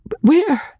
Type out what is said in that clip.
Where